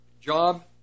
job